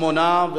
8,